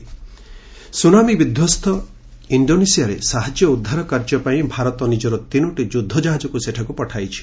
ନାଭି Indonesia tsunami ବିଧ୍ୱସ୍ତ ଇଷ୍ଡୋନେସିଆରେ ସାହାଯ୍ୟ ଓ ଉଦ୍ଧାର କାର୍ଯ୍ୟପାଇଁ ଭାରତ ନିଜର ତିନୋଟି ଯୁଦ୍ଧ କାହାଜକୁ ସେଠାକୁ ପଠାଇଛି